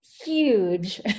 huge